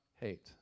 hate